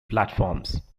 platforms